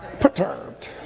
perturbed